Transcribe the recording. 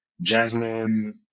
Jasmine